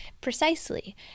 Precisely